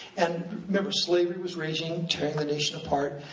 and remember, slavery was raging, tearing the nation apart,